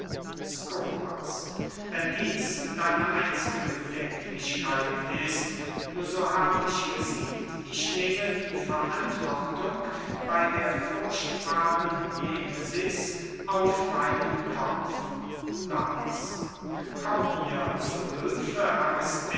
skopas wenn dieß deine einzige bedenklichkeit ist so hab ich gesiegt ich nehme die verantwortung bey der furchtbaren nemesis auf meinen kopf lais komm mir zu hülfe